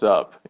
up